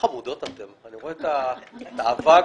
כשאתה עושה,